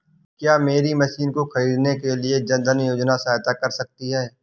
क्या मेरी मशीन को ख़रीदने के लिए जन धन योजना सहायता कर सकती है?